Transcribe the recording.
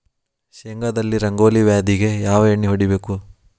ಶೇಂಗಾದಲ್ಲಿ ರಂಗೋಲಿ ವ್ಯಾಧಿಗೆ ಯಾವ ಎಣ್ಣಿ ಹೊಡಿಬೇಕು?